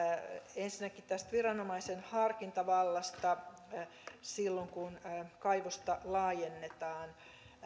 ensinnäkin tästä viranomaisen harkintavallasta silloin kun kaivosta laajennetaan